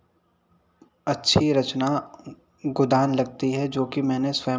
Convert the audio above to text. अच्छी रचना गोदान लगती है जो कि मैंने स्वयं